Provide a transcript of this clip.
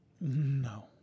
No